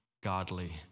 godly